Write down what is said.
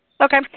Okay